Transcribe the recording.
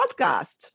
podcast